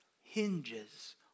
hinges